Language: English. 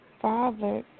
father